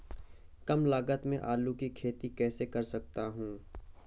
कम लागत में आलू की खेती कैसे कर सकता हूँ?